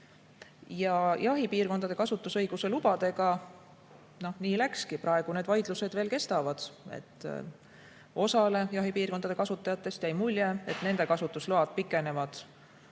näitab. Jahipiirkondade kasutusõiguse lubadega nii läkski. Praegu need vaidlused veel kestavad. Osale jahipiirkondade kasutajatest jäi mulje, et nende kasutusload pikenevad